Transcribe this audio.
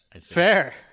Fair